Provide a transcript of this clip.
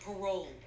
parole